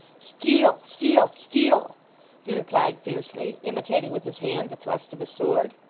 steel, steel, steel he replied fiercely, imitating with his hand the thrust of a sword.